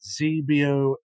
ZBO